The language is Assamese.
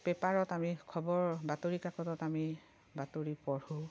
পেপাৰত আমি খবৰ বাতৰি কাকতত আমি বাতৰি পঢ়োঁ